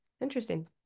interesting